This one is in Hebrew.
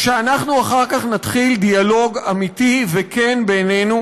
ושאנחנו אחר כך נתחיל דיאלוג אמיתי וכן בינינו